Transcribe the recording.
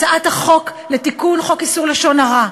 הצעת החוק לתיקון חוק איסור לשון הרע,